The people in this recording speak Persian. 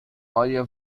آیا